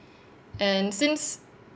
and since